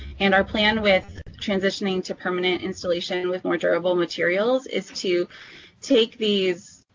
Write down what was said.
and our plan with transitioning to permanent installation with more durable materials is to take these